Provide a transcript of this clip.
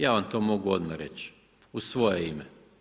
Ja vam to mogu odmah reći, u svoje ime.